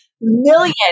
million